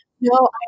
No